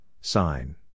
sign